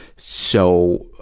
so,